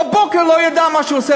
בבוקר לא ידע מה הוא עושה